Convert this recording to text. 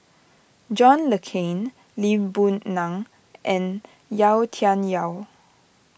John Le Cain Lee Boon Ngan and Yau Tian Yau